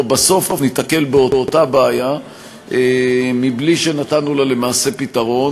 בסוף ניתקל באותה בעיה מבלי שנתנו לה למעשה פתרון,